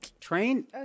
train